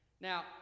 Now